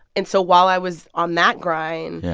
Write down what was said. and so while i was on that grind. yeah.